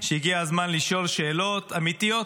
והגיע הזמן לשאול שאלות אמיתיות,